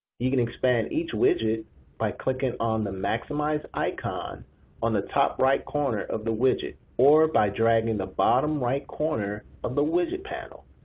you can expand each widget by clicking on the maximize icon on the top right corner of the widget or by dragging the bottom right corner of um the widget panel.